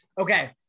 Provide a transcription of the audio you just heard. Okay